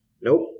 nope